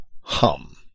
hum